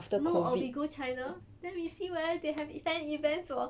no or we go china then we see whether they have events events